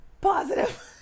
positive